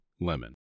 lemon